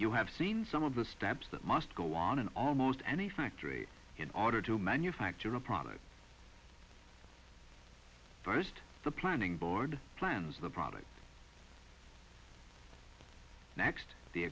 you have seen some of the steps that must go on in almost any factory in order to manufacture a product first the planning board plans the product next the